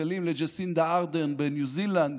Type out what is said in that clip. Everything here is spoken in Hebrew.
מצלצלים לג'סינדה ארדרן בניו זילנד,